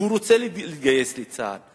והוא רוצה להתגייס לצה"ל.